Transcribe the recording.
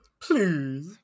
Please